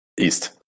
East